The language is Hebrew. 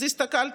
אז הסתכלתי.